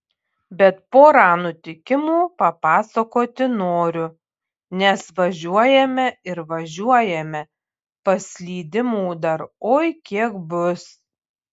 bet porą nutikimų papasakoti noriu nes važiuojame ir važiuojame paslydimų dar oi kiek bus